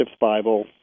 Bible